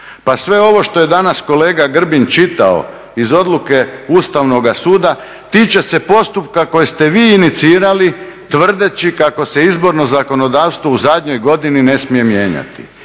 pa sve ovo što je danas kolega Grbin čitao iz odluke Ustavnoga suda tiče se postupka koji ste vi inicirali tvrdeći kako se izborno zakonodavstvo u zadnjoj godini ne smije mijenjati.